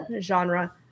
genre